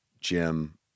jim